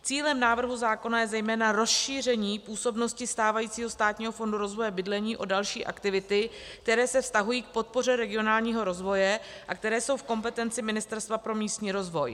Cílem návrhu zákona je zejména rozšíření působnosti stávajícího Státního fondu rozvoje bydlení o další aktivity, které se vztahují k podpoře regionálního rozvoje a které jsou v kompetenci Ministerstva pro místní rozvoj.